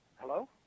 hello